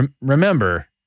Remember